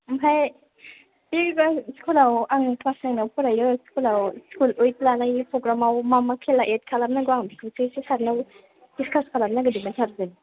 ओमफ्राय बे स्कुलाव आङो क्लास नाइनआव फरायो स्कुलाव स्कुल विक लानायनि प्रग्रामआव मा मा खेला एड खालाम नांगौ आं बेखौसो एसे सारनाव डिस्कास खालामनो नागिरदोंमोन सारजों